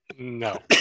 No